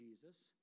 Jesus